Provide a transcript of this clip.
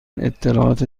اطلاعات